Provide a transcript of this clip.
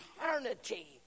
eternity